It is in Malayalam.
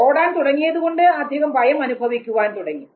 ഓടാൻ തുടങ്ങിയതുകൊണ്ട് അദ്ദേഹം ഭയം അനുഭവിക്കാൻ തുടങ്ങി